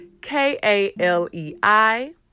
k-a-l-e-i